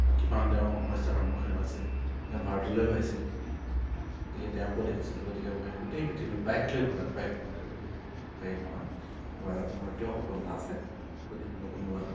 কিমান তেওঁ সমস্যাৰ সন্মুখীন হৈছিল তেওঁ ভাৰতলৈও আহিছিল গতিকে তেওঁকো দেখিছিলোঁ গতিকে মই গোটেই পৃথিৱীৰ বাইক লৈ ঘূৰা বাইক গাড়ীৰে গাড়ীত নহয় মো মোৰ এতিয়াও সপোন এটা আছে যদি মই কোনোবা